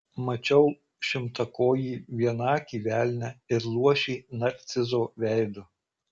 mačiau šimtakojį vienakį velnią ir luošį narcizo veidu